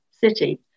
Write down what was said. city